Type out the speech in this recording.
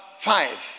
five